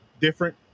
Different